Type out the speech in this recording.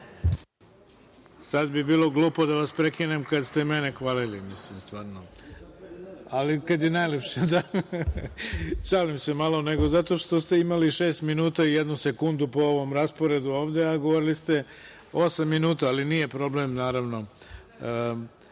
Sad bi bilo glupo da vas prekinem kada ste mene hvalili, mislim stvarno. Šalim se malo, nego zato što ste imali šest minuta i jednu sekundu po ovom rasporedu ovde, a govorili ste osam minuta, ali nije problem naravno. Idemo